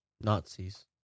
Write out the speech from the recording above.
Nazis